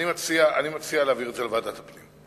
אני מציע להעביר את זה לוועדת הפנים.